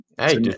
Hey